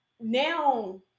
now